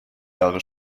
jahre